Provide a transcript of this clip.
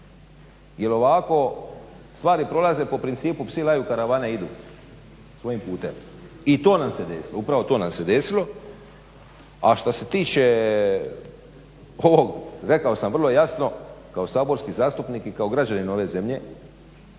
Jer ovako stvari prolaze po principu psi laju, karavane idu svojim putem. I to nam se desilo, upravo to nam se desilo. A što se tiče ovog rekao sam vrlo jasno kao saborski zastupnik i kao građanin ove zemlje